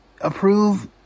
approve